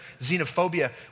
xenophobia